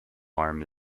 harm